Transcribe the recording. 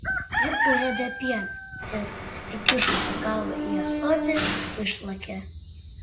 ji užuodė pieną ir įkišusi galvą į ąsotį išlakė